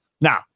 Now